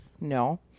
No